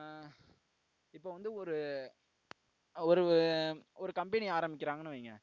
இப்போ வந்து ஒரு ஒரு ஒரு கம்பெனி ஆரம்மிக்கிறாங்கன்னு வைய்ங்க